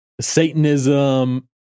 Satanism